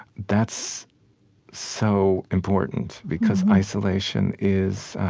that's so important because isolation is